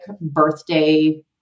birthday